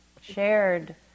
shared